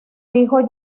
hijo